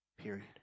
Period